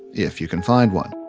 if you can find one,